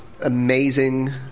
Amazing